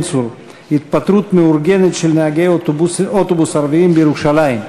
צור: התפטרות מאורגנת של נהגי אוטובוס ערבים בירושלים.